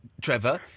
Trevor